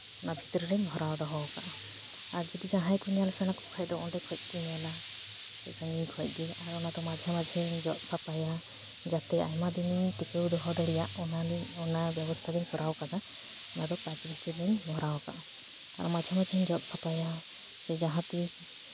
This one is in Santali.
ᱚᱱᱟ ᱵᱷᱤᱛᱨᱤ ᱨᱤᱧ ᱵᱷᱚᱨᱟᱣ ᱫᱚᱦᱚ ᱟᱠᱟᱫᱼᱟ ᱟᱨ ᱡᱩᱫᱤ ᱡᱟᱦᱟᱸᱭ ᱠᱚ ᱧᱮᱞ ᱥᱟᱱᱟ ᱠᱚ ᱠᱷᱟᱱ ᱫᱚ ᱚᱸᱰᱮ ᱠᱷᱚᱱ ᱠᱚ ᱧᱮᱞᱟ ᱥᱟᱺᱜᱤᱧ ᱠᱷᱚᱱ ᱜᱮ ᱟᱨ ᱚᱱᱟ ᱫᱚ ᱢᱟᱡᱷᱮ ᱢᱟᱹᱡᱷᱤᱧ ᱡᱚᱛ ᱥᱟᱯᱷᱟᱭᱟ ᱡᱟᱛᱮ ᱟᱭᱢᱟ ᱫᱤᱱᱤᱧ ᱴᱤᱠᱟᱹᱣ ᱫᱚᱦᱚ ᱫᱟᱲᱮᱭᱟᱜ ᱚᱱᱟᱜᱮ ᱚᱱᱟ ᱵᱮᱵᱚᱥᱛᱷᱟ ᱜᱤᱧ ᱠᱚᱨᱟᱣ ᱟᱠᱟᱫᱟ ᱚᱱᱟ ᱫᱚ ᱠᱟᱺᱪ ᱵᱷᱤᱛᱨᱤ ᱨᱤᱧ ᱵᱷᱚᱨᱟᱣ ᱟᱠᱟᱫᱼᱟ ᱟᱨ ᱢᱟᱡᱷᱮ ᱢᱟᱡᱷᱤᱧ ᱡᱚᱛ ᱥᱟᱯᱷᱟᱭᱟ ᱥᱮ ᱡᱟᱦᱟᱸ ᱛᱤᱥ